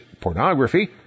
pornography